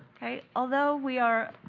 okay. although we are